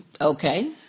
Okay